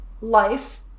life